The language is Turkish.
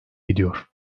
gidiyor